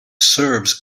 serves